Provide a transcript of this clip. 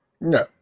No